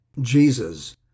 Jesus